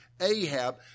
Ahab